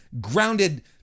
grounded